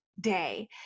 day